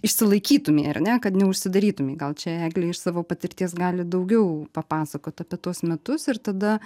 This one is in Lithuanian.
išsilaikytumei ar ne kad neužsidarytum gal čia eglė iš savo patirties gali daugiau papasakot apie tuos metus ir tada